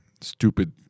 stupid